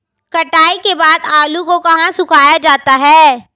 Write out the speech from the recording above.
कटाई के बाद आलू को कहाँ सुखाया जाता है?